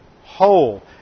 whole